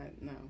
no